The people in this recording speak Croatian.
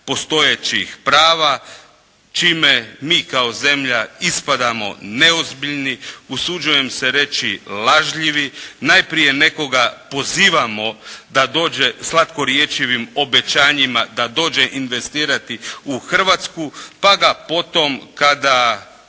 postojećih prava čime mi kao zemlja ispadamo neozbiljni, usuđujem se reći lažljivi. Najprije nekoga pozivamo da dođe slatkorječivim obećanjima, da dođe investirati u Hrvatsku pa ga potom kada